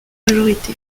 majorité